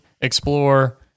explore